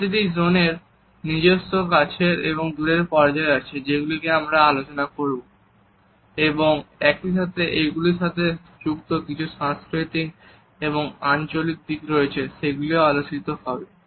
প্রতিটি জনের নিজস্ব কাছের এবং দূরের পর্যায় আছে যেগুলি আমরা আলোচনা করব এবং একইসাথে এগুলির সাথে যুক্ত কিছু সাংস্কৃতিক এবং আঞ্চলিক দিক রয়েছে সেগুলিও আলোচিত হবে